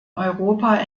europa